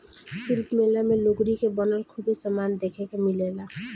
शिल्प मेला मे लुगरी के बनल खूबे समान देखे के मिलेला